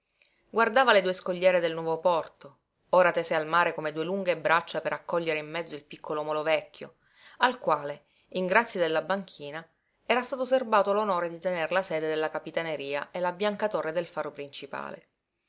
guardava le due scogliere del nuovo porto ora tese al mare come due lunghe braccia per accogliere in mezzo il piccolo molo vecchio al quale in grazia della banchina era stato serbato l'onore di tener la sede della capitaneria e la bianca torre del faro principale